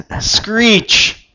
screech